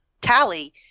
tally